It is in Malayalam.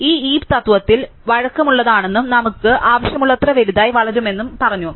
ഈ ഹീപ് തത്വത്തിൽ വഴക്കമുള്ളതാണെന്നും നമുക്ക് ആവശ്യമുള്ളത്ര വലുതായി വളരുമെന്നും ഞങ്ങൾ പറഞ്ഞു